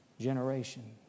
generation